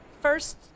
first